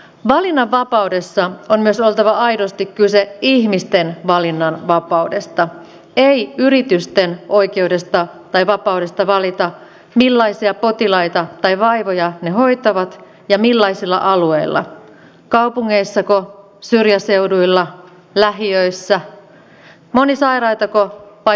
valinnanvapaudessa on myös oltava aidosti kyse ihmisten valinnanvapaudesta ei yritysten oikeudesta tai vapaudesta valita millaisia potilaita tai vaivoja ne hoitavat ja millaisilla alueilla kaupungeissako syrjäseuduilla lähiöissä monisairaitako vai hyvinvoivia